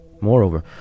Moreover